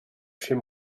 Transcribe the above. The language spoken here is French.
chez